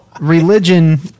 religion